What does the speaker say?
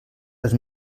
els